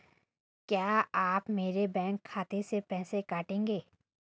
क्या आप मेरे बैंक खाते से पैसे काटेंगे?